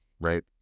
right